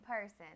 person